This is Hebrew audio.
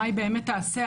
מה היא באמת תעשה,